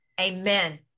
Amen